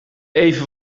even